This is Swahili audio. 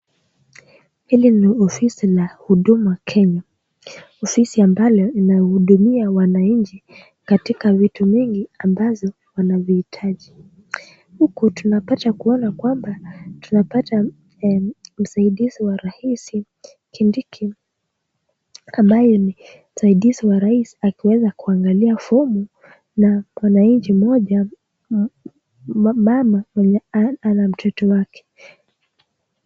Hili ni ofisi la uduma kenya . Ofisi ambalo linawaudumia wananchi katika vitu mingi ambazo wanizihitaji huku tunapata kuona kwamba , tunapata eeh msaidizi wa rais kindiki ambaye ni msaidizi wa rais akiweza kuangalia fomu na kuna nchi moja mama ana mtoto wake